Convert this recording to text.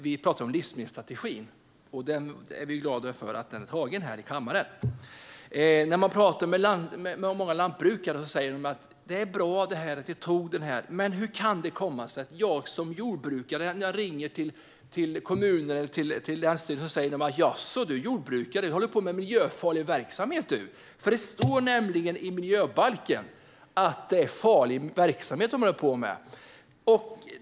Vi talar om livsmedelsstrategin, och vi är glada för att riksdagen har fattat beslut om den här i kammaren. När man talar med många lantbrukare säger de att det är bra att vi har fattat beslut om den. Men de säger också en annan sak. Hur kan det komma sig att när jag som jordbrukare ringer till kommunen eller länsstyrelsen säger de: Jaså, du är jordbrukare och håller på med miljöfarlig verksamhet. Det står nämligen i miljöbalken att det är miljöfarlig verksamhet som de håller på med.